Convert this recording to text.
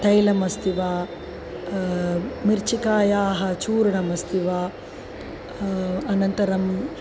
तैलमस्ति वा मरीचिकायाः चूर्णमस्ति वा अनन्तरम्